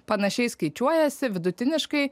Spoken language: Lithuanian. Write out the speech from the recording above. panašiai skaičiuojasi vidutiniškai